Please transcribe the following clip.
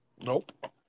Nope